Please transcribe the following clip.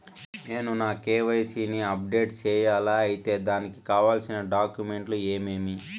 నేను నా కె.వై.సి ని అప్డేట్ సేయాలా? అయితే దానికి కావాల్సిన డాక్యుమెంట్లు ఏమేమీ?